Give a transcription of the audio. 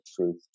truth